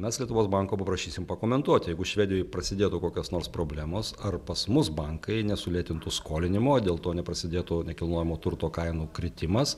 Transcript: mes lietuvos banko paprašysim pakomentuoti jeigu švedijoj prasidėtų kokios nors problemos ar pas mus bankai nesulėtintų skolinimo dėl to neprasidėtų nekilnojamo turto kainų kritimas